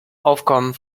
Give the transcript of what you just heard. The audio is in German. aufkommen